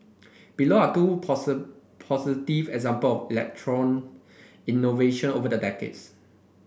below are two positive example of electoral innovation over the decades